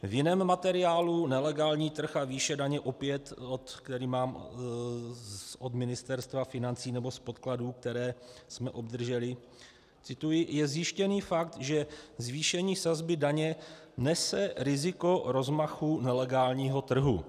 V jiném materiálu, Nelegální trh a výše daně, který mám od Ministerstva financí nebo z podkladů, které jsme obdrželi cituji: Je zjištěný fakt, že zvýšení sazby daně nese riziko rozmachu nelegálního trhu.